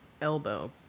elbow